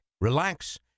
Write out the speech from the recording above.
relax